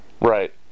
Right